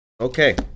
Okay